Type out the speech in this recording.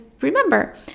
remember